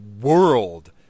world